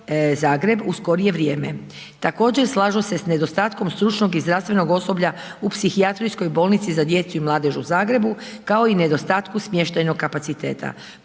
Zagreb u skorije vrijeme. Također slažu se s nedostatkom stručnog i zdravstvenog osoblja u Psihijatrijskoj bolnici za djecu i mladež u Zagrebu, kao i nedostatku smještajnog kapaciteta.